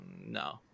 no